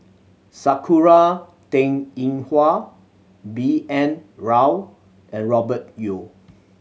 Sakura Teng Ying Hua B N Rao and Robert Yeo